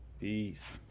Peace